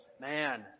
man